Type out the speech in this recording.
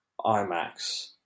IMAX